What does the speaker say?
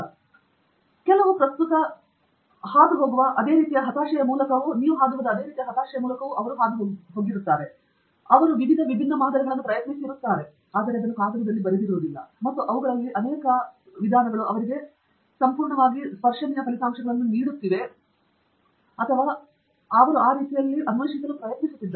ಆದ್ದರಿಂದ ನೀವು ಪ್ರಸ್ತುತ ಹಾದುಹೋಗುವ ಅದೇ ರೀತಿಯ ಹತಾಶೆಯ ಮೂಲಕವೂ ಅವರು ಹೋಗುತ್ತಿದ್ದರು ಅವರು ವಿವಿಧ ವಿಭಿನ್ನ ಮಾದರಿಗಳನ್ನು ಪ್ರಯತ್ನಿಸುತ್ತಿದ್ದಾರೆ ಮತ್ತು ಅವುಗಳಲ್ಲಿ ಅನೇಕವುಗಳು ಅವರಿಗೆ ಸಂಪೂರ್ಣವಾಗಿ ಸ್ಪರ್ಶನೀಯ ಫಲಿತಾಂಶಗಳನ್ನು ನೀಡುತ್ತಿವೆ ಅಥವಾ ಎಲ್ಲ ರೀತಿಯಲ್ಲೂ ತೋರಿಸುತ್ತಿಲ್ಲ ಆ ನಿರ್ದಿಷ್ಟ ನಿಯತಾಂಕಕ್ಕೆ ಪ್ರಸ್ತುತತೆ ಅವರು ಅನ್ವೇಷಿಸಲು ಪ್ರಯತ್ನಿಸುತ್ತಿದ್ದಾರೆ